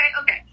okay